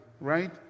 right